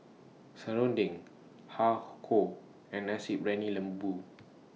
Serunding Har Kow and Nasi Briyani Lembu